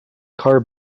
car